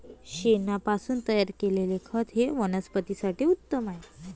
शेणापासून तयार केलेले खत हे वनस्पतीं साठी उत्तम आहे